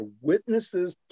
witnesses